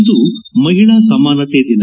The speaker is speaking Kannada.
ಇಂದು ಮಹಿಳಾ ಸಮಾನತೆ ದಿನ